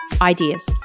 ideas